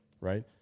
right